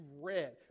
read